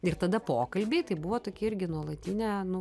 ir tada pokalbiai tai buvo tokie irgi nuolatinė nu